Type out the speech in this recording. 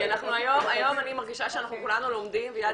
כי היום אני מרגישה שכולנו לומדים ויד